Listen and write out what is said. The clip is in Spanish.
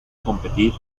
competir